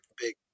Big